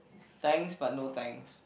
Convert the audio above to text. thanks but no thanks